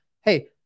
Hey